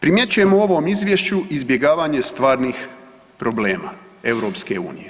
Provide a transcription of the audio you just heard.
Primjećujemo u ovom izvješću izbjegavanje stvarnih problema EU.